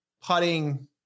putting